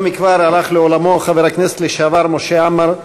לא מכבר הלך לעולמו חבר הכנסת לשעבר משה עמאר,